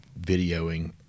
videoing